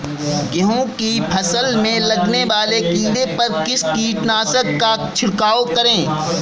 गेहूँ की फसल में लगने वाले कीड़े पर किस कीटनाशक का छिड़काव करें?